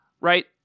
right